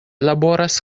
laboras